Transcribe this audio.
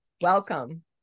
welcome